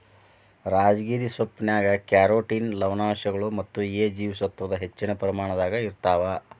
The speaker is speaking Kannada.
ರಾಜಗಿರಿ ಸೊಪ್ಪಿನ್ಯಾಗ ಕ್ಯಾರೋಟಿನ್ ಲವಣಾಂಶಗಳು ಮತ್ತ ಎ ಜೇವಸತ್ವದ ಹೆಚ್ಚಿನ ಪ್ರಮಾಣದಾಗ ಇರ್ತಾವ